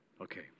Okay